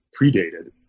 predated